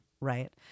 Right